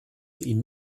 ihnen